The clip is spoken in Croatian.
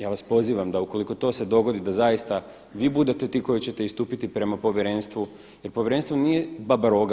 Ja vas pozivam da ukoliko to se dogodi da zaista vi budete ti koji ćete istupiti prema povjerenstvu jer povjerenstvo nije baba roga.